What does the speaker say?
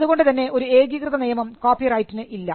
അതുകൊണ്ടുതന്നെ ഒരു ഏകീകൃത നിയമം കോപ്പിറൈറ്റിന് ഇല്ല